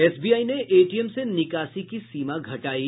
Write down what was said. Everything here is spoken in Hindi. एसबीआई ने एटीएम से निकासी की सीमा घटायी